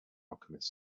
alchemist